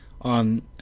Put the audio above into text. on